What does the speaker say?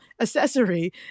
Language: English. accessory